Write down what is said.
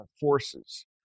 forces